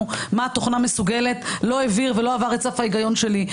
מה התוכנה מסוגלת" לא עבר את סף ההיגיון שלי,